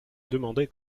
demandait